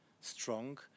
strong